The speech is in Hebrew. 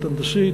הנדסית,